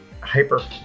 Hyper